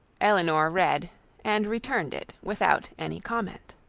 elinor read and returned it without any comment.